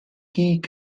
gyd